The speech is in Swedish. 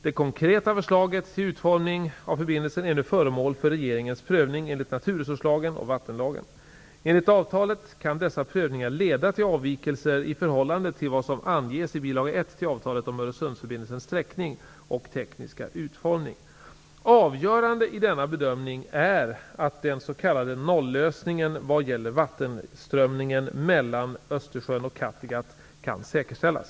Det konkreta förslaget till utformning av förbindelsen är nu föremål för regeringens prövning enligt naturresurslagen och vattenlagen. Enligt avtalet kan dessa prövningar leda till avvikelser i förhållande till vad som anges i bil. 1 till avtalet om Öresundsförbindelsens sträckning och tekniska utformning. Avgörande i denna bedömning är att den s.k. nollösningen vad gäller vattenströmningen mellan Östersjön och Kattegatt kan säkerställas.